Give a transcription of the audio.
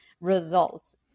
results